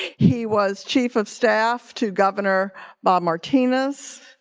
he was chief of staff to governor bob martinez,